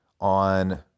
on